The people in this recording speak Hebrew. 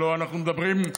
הלוא אנחנו מדברים על אנשים,